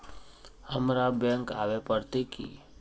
हमरा बैंक आवे पड़ते की?